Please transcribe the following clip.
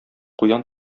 куян